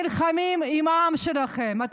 אתם נלחמים עם העם שלכם,